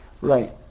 Right